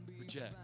reject